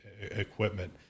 equipment